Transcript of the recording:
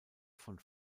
von